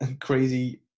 crazy